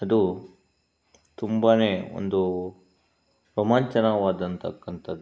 ಅದು ತುಂಬನೇ ಒಂದು ರೋಮಾಂಚನವಾದಂಥಕ್ಕಂಥದ್ದು